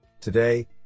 Today